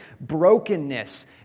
brokenness